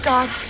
God